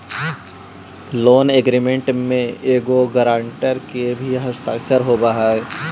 loan agreement में एगो guarantor के भी हस्ताक्षर होवऽ हई